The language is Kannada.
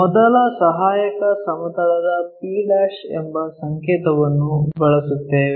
ಮೊದಲ ಸಹಾಯಕ ಸಮತಲವಾದ p ಎಂಬ ಸಂಕೇತವನ್ನು ಬಳಸುತ್ತೇವೆ